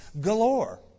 galore